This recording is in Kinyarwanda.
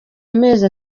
amezi